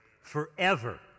forever